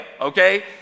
okay